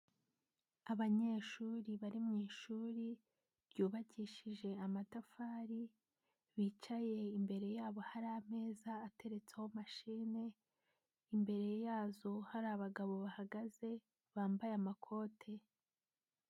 Abanyeshuri bari mu ishuri ryubakishije amatafari, bicaye imbere yabo hari ameza ateretseho mashine, imbere yazo hari abagabo bahagaze bambaye amakote.